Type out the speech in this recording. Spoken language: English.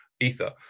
ether